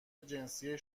جنسی